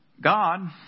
God